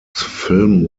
film